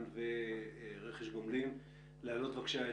בוסו, בבקשה.